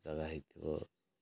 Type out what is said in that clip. ଜାଗା ହେଇଥିବ